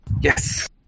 Yes